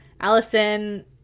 Allison